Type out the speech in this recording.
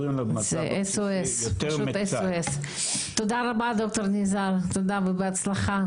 זה פשוט SOS. תודה רבה, ד"ר ניזאר ובהצלחה.